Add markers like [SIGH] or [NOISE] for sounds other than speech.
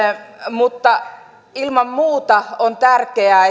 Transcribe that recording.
ilman muuta on tärkeää [UNINTELLIGIBLE]